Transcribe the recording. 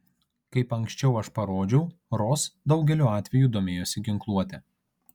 kaip ankščiau aš parodžiau ros daugeliu atvejų domėjosi ginkluote